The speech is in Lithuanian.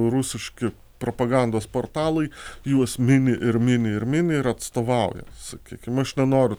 rusiški propagandos portalai juos mini ir mini ir mini ir atstovauja sakykim aš nenoriu